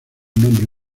nombre